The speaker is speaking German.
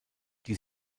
die